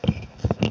di ri